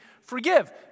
forgive